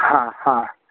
ह ह